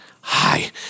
Hi